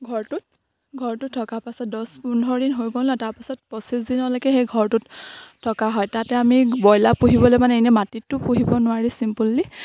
ঘৰটোত ঘৰটোত থকা পাছত দছ পোন্ধৰ দিন হৈ গ'ল ন তাৰপাছত পঁচিছ দিনলৈকে সেই ঘৰটোত থকা হয় তাতে আমি ব্ৰইলাৰ পুহিবলৈ মানে এনেই মাটিতটো পুহিব নোৱাৰি চিম্পুললি